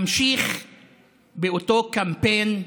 ממשיך באותו קמפיין גזעני,